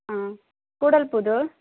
ஆ Koodalpudur